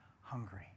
hungry